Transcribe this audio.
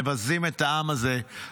מבזים את העם הזה,